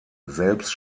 selbst